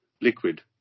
liquid